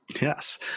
yes